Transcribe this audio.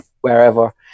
wherever